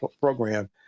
program